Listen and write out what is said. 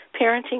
parenting